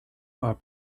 are